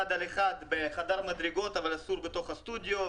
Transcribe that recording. על אחד בחדר מדרגות אבל אסור בתוך הסטודיו,